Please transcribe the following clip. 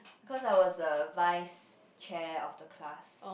cause I was a vice chair of the class